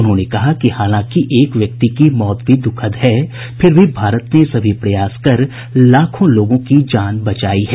उन्होंने कहा कि हालांकि एक व्यक्ति की मौत भी दुखद है फिर भी भारत ने सभी प्रयास कर लाखो लोगों की जान बचाई है